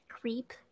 Creep